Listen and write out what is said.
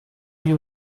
you